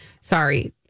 sorry